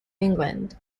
england